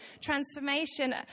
transformation